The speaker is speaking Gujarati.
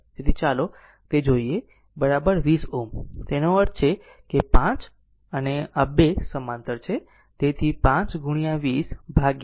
તેથી ચાલો આપણે તે જોઈએ 20 Ω તેનો અર્થ છે અને 5 Ω આ 2 સમાંતર છે